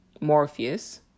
Morpheus